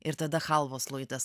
ir tada chalvos luitas